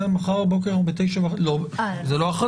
מחר בבוקר זה לא הכרזה,